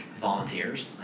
volunteers